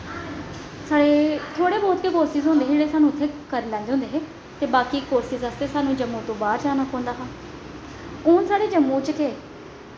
साढ़े थोह्ड़े बौह्त गै कोर्सिस होंदे हे जेह्ड़े सानूं इत्थें करी लैंदे होंदे हे ते बाकी कोर्सिस आस्तै सानूं जम्मू तों बाह्र जाना पौंदा हा हून साढ़े जम्मू च ते